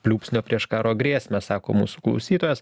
pliūpsnio prieš karo grėsmę sako mūsų klausytojas